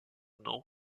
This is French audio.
nom